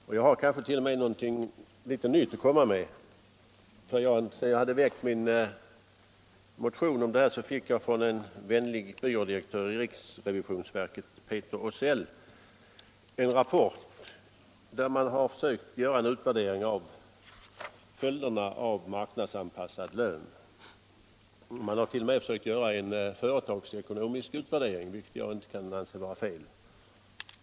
Ja, jag har kanske t.o.m. något nytt att komma med, ty sedan jag väckte min motion i detta ärende har jag från en vänlig byrådirektör i riksrevisionsverket, Peter Åsell, fått en rapport i vilken verket har försökt göra en utvärdering rörande följderna av marknadsanpassad lön. Man har t.o.m. försökt göra en företagsekonomisk utvärdering, och det anser jag inte vara fel.